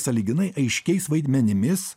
sąlyginai aiškiais vaidmenimis